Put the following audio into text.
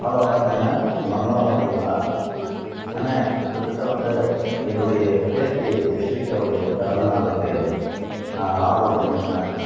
hello வணக்கங்க மங்களம் ஹோட்டலுங்களா அண்ண உங்கக்கிட்ட வந்து என்னுடைய பேத்தி ஜெஷ்விக்காவுடைய பிறந்தநாளுக்கு ஆர்ட்ரு பண்ணியிருந்தேன்